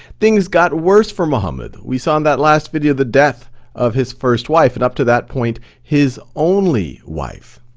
things got worse for muhammed. we saw in that last video, the death of his first wife and up to that point, his only wife.